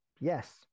yes